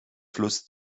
fluss